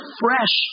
fresh